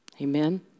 Amen